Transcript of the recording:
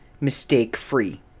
mistake-free